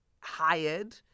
hired